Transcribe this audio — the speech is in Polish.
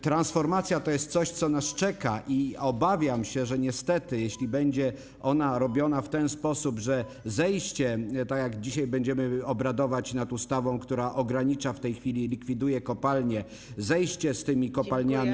Transformacja to jest coś, co nas czeka, i obawiam się, że niestety jeśli ona będzie robiona w ten sposób, a dzisiaj będziemy obradować nad ustawą, która ogranicza w tej chwili, likwiduje kopalnie, będzie zejście z tymi kopalniami.